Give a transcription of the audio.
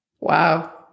Wow